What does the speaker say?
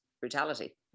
brutality